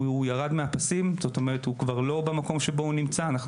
הוא כבר לא נמצא במקום בו היה.